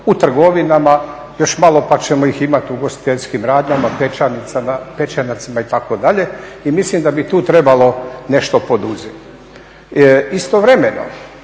u trgovinama, još malo pa ćemo ih imati u ugostiteljskim radnjama, pečenjarnicama itd. I mislim da bi tu trebalo nešto poduzeti. Istovremeno